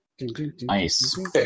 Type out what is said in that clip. nice